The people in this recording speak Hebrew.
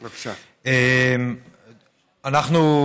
אנחנו,